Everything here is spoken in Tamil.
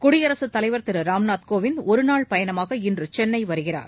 குடியரசுத்தலைவர் திரு ராம்நாத் கோவிந்த் ஒருநாள் பயணமாக இன்று சென்னை வருகிறார்